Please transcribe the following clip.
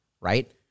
right